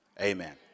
amen